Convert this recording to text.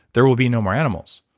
there will be no more animals.